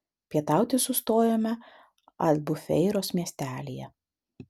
pietauti sustojome albufeiros miestelyje